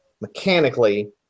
mechanically